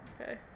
Okay